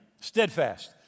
steadfast